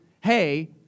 hey